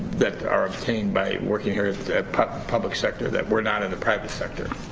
that are obtained by working here at public public sector that were not in the private sector.